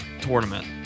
tournament